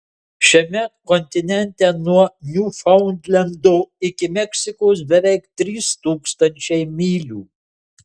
šiame kontinente nuo niūfaundlendo iki meksikos beveik trys tūkstančiai mylių